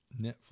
Netflix